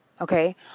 Okay